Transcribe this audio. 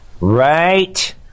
Right